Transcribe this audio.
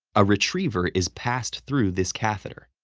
a retriever is passed through this catheter.